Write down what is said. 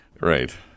Right